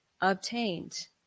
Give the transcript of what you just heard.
obtained